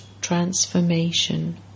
transformation